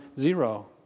Zero